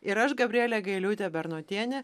ir aš gabrielė gailiūtė bernotienė